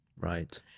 Right